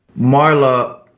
marla